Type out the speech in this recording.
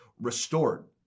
restored